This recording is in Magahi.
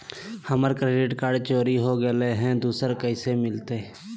हमर क्रेडिट कार्ड चोरी हो गेलय हई, दुसर कैसे मिलतई?